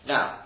Now